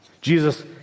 Jesus